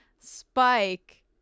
Spike